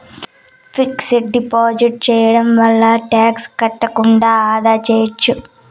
fixed deposit సేయడం వల్ల tax కట్టకుండా ఆదా సేయచ్చు